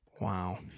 Wow